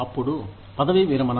అప్పుడు పదవీ విరమణ